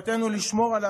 אפילו קצת לריב,